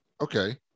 Okay